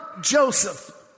Joseph